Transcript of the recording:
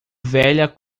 velha